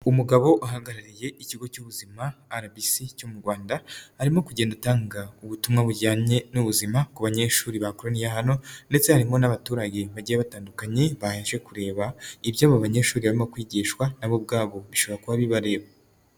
Umugabo uhagarariye ikigo cy'ubuzima RBC cyo mu Rwanda, arimo kugenda atanga ubutumwa bujyanye n'ubuzima ku banyeshuri bakoraniye hano, ndetse harimo n'abaturage bagiye batandukanye baje kureba ibyo abo banyeshuri barimo kwigishwa, nabo ubwabo bishobora kuba bibareba.